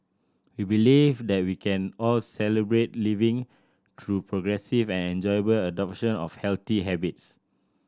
we believe that we can all Celebrate Living through progressive and enjoyable adoption of healthy habits